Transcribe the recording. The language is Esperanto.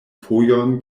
fojon